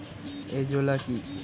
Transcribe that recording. Azolla কি?